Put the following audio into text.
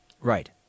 Right